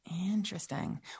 Interesting